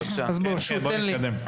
בוא נתקדם.